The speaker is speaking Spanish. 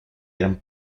eran